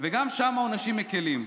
וגם שם העונשים מקילים,